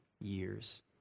years